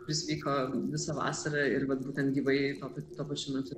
kuris vyko visą vasarą ir vat būtent gyvai bet tuo pačiu metu